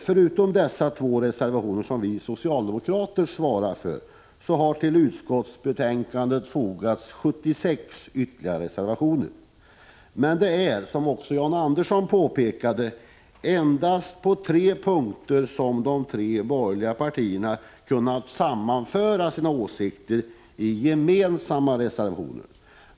Förutom dessa båda reservationer, som vi socialdemokrater svarar för, har till utskottsbetänkandet fogats 76 ytterligare reservationer. Men det är, som John Andersson också påpekade, endast på tre punkter som de borgerliga partierna kunnat sammanföra sina åsikter i gemensamma reservationer.